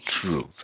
truth